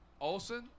Olson